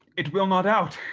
it will not out,